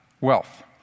wealth